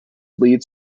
leads